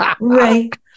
Right